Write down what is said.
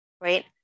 Right